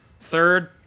Third